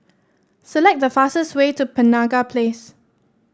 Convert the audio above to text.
select the fastest way to Penaga Place